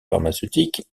pharmaceutiques